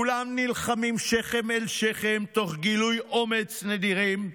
כולם נלחמים שכם אל שכם תוך גילויי אומץ נדירים,